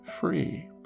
free